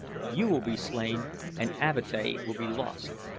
you will be slain and avatea will be lost.